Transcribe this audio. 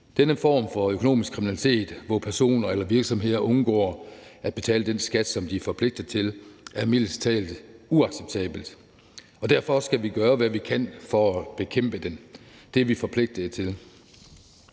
Denne form for økonomisk kriminalitet, hvor personer eller virksomheder undlader at betale den skat, som de er forpligtet til at betale, er mildest talt uacceptabel, og derfor skal vi gøre, hvad vi kan, for at bekæmpe den. Det er vi forpligtet til.